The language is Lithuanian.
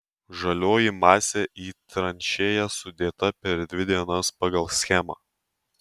žalioji masė į tranšėjas sudėta per dvi dienas pagal schemą